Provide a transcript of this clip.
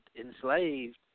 enslaved